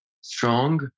strong